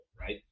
right